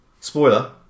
Spoiler